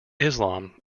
islam